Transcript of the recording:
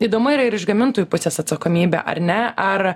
įdomu yra ir iš gamintojų pusės atsakomybė ar ne ar